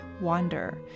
wander